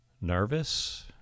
nervous